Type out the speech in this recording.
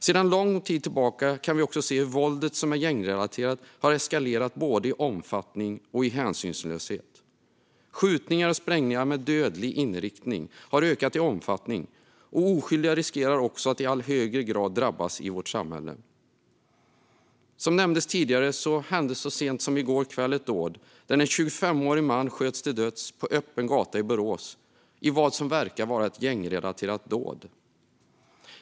Sedan lång tid tillbaka kan vi också se hur våldet som är gängrelaterat har eskalerat både i omfattning och i hänsynslöshet. Skjutningar och sprängningar med dödlig inriktning har ökat i omfattning, och oskyldiga riskerar också i allt högre grad att drabbas i vårt samhälle. Som tidigare nämndes sköts så sent som i går kväll en 25-årig man till döds på öppen gata i Borås i vad som verkar vara ett gängrelaterat dåd.